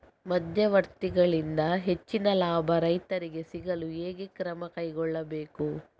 ಮಧ್ಯವರ್ತಿಗಳಿಂದ ಹೆಚ್ಚಿನ ಲಾಭ ರೈತರಿಗೆ ಸಿಗಲು ಹೇಗೆ ಕ್ರಮ ಕೈಗೊಳ್ಳಬೇಕು?